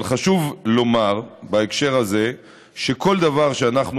אבל חשוב לומר בהקשר הזה שכל דבר שאנחנו